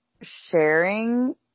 sharing